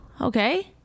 Okay